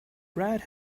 brad